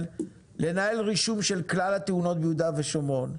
לנהל רישום של כלל התאונות ביהודה ושומרון,